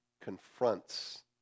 confronts